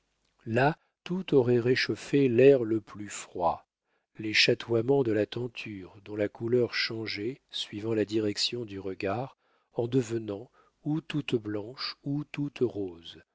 là tout aurait réchauffé l'être le plus froid les chatoiements de la tenture dont la couleur changeait suivant la direction du regard en devenant ou toute blanche ou toute rose